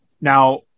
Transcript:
Now